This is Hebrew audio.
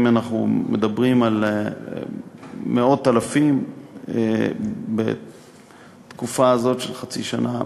אם אנחנו מדברים על מאות אלפים בתקופה הזאת של חצי שנה,